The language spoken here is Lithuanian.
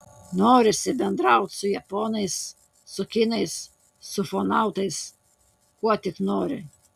norisi bendrauti su japonais su kinais su ufonautais kuo tik nori